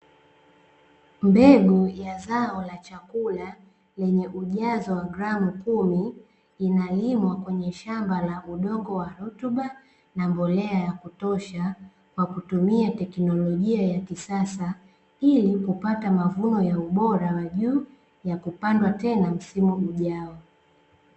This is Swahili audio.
Mbegu ya zao la chakula yenye ujazo wa gramu kumi, inalimwa kwenye shamba la udongo wa rutuba na mbolea ya kutosha, kwa kutumia teknolojia ya kisasa, ili kupata mavuno ya ubora wa juu ya kupandwa tena msimu ujao.